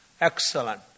Excellent